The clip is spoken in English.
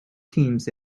teams